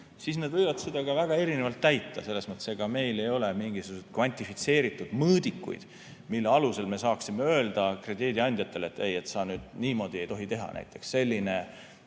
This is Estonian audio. siis nad võivad seda ka väga erinevalt täita. Selles mõttes meil ei ole mingisuguseid kvantifitseeritud mõõdikuid, mille alusel me saaksime öelda krediidiandjatele, et ei, sa niimoodi ei tohi teha, näiteks selline